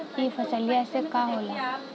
ई फसलिया से का होला?